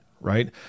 right